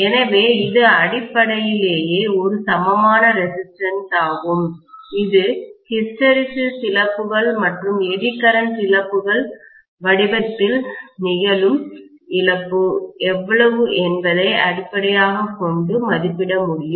எனவே இது அடிப்படையிலேயே ஒரு சமமான ரெசிஸ்டன்ஸ் ஆகும் இது ஹிஸ்டெரெசிஸ் இழப்புகள் மற்றும் எடி கரண்ட் இழப்புகள் வடிவத்தில் நிகழும் இழப்பு எவ்வளவு என்பதை அடிப்படையாகக் கொண்டு மதிப்பிட முடியும்